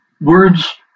words